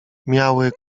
miały